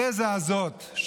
התזה הזאת,